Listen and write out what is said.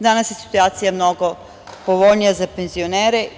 Danas je situacija mnogo povoljnija za penzionere.